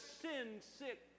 sin-sick